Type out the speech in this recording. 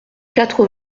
quatre